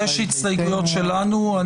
יש הסתייגויות שלנו.